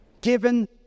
Given